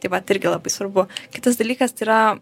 tai vat irgi labai svarbu kitas dalykas tai yra